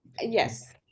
Yes